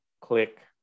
click